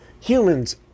Humans